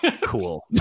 cool